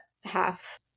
half